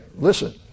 listen